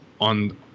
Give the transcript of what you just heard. on